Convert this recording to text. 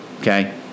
Okay